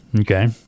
okay